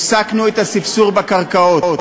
הפסקנו את הספסור בקרקעות,